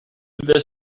this